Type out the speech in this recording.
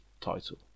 title